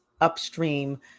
upstream